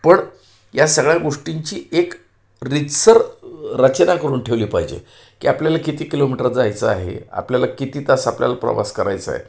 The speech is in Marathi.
पण या सगळ्या गोष्टींची एक रीतसर रचना करून ठेवली पाहिजे की आपल्याला किती किलोमीटर जायचं आहे आपल्याला किती तास आपल्याला प्रवास करायचा आहे